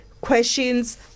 questions